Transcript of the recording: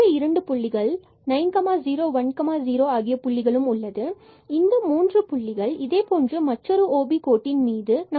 இங்கு 90 and 10 ஆகிய புள்ளிகள் உள்ளது எனவே இந்த மூன்று புள்ளிகள் இதேபோன்று மற்றொரு OB கோட்டின் மீது இருக்கின்றன